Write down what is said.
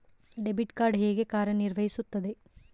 Debit card ಹೇಗೆ ಕಾರ್ಯನಿರ್ವಹಿಸುತ್ತದೆ?